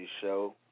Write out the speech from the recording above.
show